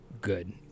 good